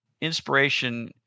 inspiration